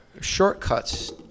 shortcuts